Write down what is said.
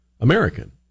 American